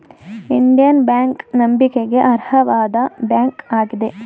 Indian bank ನಂಬಿಕೆಗೆ ಅರ್ಹವಾದ bank ಆಗಿದೆ